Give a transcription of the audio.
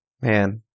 Man